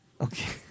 Okay